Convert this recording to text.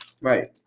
Right